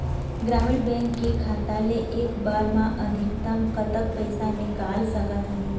ग्रामीण बैंक के खाता ले एक बार मा अधिकतम कतक पैसा निकाल सकथन?